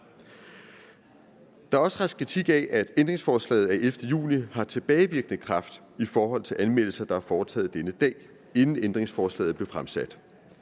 Der er også rejst kritik af, at ændringsforslaget af 11. juni har tilbagevirkende kraft i forhold til anmeldelser, der er foretaget denne dag, inden ændringsforslaget blev fremsat.